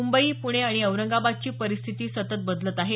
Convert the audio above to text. मुंबई पूणे आणि औरंगाबादची परिस्थितीही सतत बदलत आहे